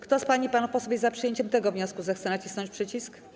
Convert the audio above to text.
Kto z pań i panów posłów jest za przyjęciem tego wniosku, zechce nacisnąć przycisk.